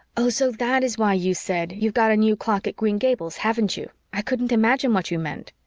oh, so that is why you said, you've got a new clock at green gables, haven't you i couldn't imagine what you meant.